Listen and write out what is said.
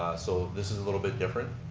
so this is a little bit different.